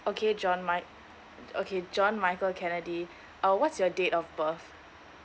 okay john mic~ okay john michael kennedy uh what's your date of birth